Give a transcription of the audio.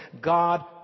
God